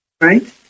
right